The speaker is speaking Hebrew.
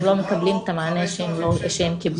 הם לא מקבלים את המענה שהם קיבלו.